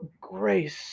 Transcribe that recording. grace